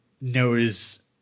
knows